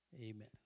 Amen